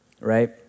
right